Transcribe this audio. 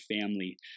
family